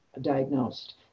diagnosed